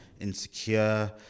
insecure